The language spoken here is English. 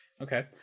Okay